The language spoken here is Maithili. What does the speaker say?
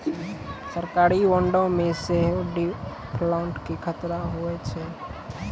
सरकारी बांडो मे सेहो डिफ़ॉल्ट के खतरा होय छै